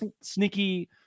sneaky